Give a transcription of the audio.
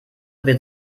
wird